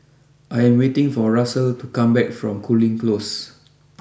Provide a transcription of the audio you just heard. I am waiting for Russel to come back from Cooling close